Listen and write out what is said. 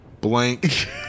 Blank